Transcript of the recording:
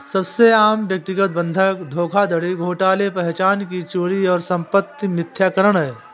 सबसे आम व्यक्तिगत बंधक धोखाधड़ी घोटाले पहचान की चोरी और संपत्ति मिथ्याकरण है